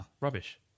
Rubbish